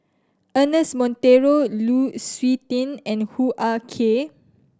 Ernest Monteiro Lu Suitin and Hoo Ah Kay